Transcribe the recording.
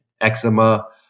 eczema